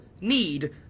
need